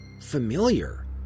familiar